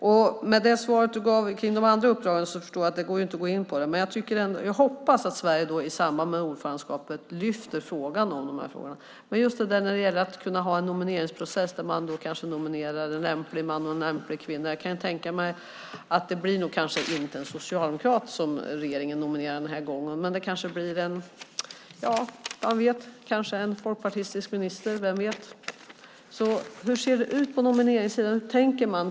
Med tanke på det svar som statsrådet gav om de andra uppdragen förstår jag att det inte går att gå in på det. Men jag hoppas att Sverige i samband med ordförandeskapet lyfter fram dessa frågor. Men just när det gäller att kunna ha en nomineringsprocess där man kanske nominerar en lämplig man och en lämplig kvinna kan jag tänka mig att det inte blir en socialdemokrat som regeringen nominerar denna gång, men det kanske blir en folkpartistisk minister, vem vet. Hur ser det ut på nomineringssidan? Hur tänker man?